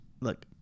Look